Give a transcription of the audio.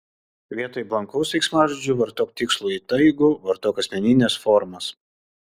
vietoj blankaus veiksmažodžio vartok tikslų įtaigų vartok asmenines formas